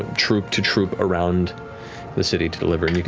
troop to troop around the city to deliver.